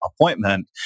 appointment